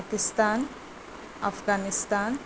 Pakistan Afghanistan